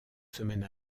semaines